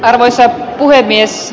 arvoisa puhemies